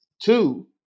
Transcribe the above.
Two